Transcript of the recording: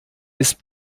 ist